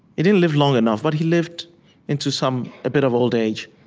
he didn't live long enough, but he lived into some a bit of old age.